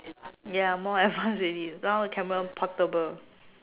ya more advanced already now camera portable